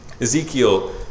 Ezekiel